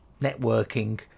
networking